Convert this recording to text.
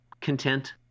content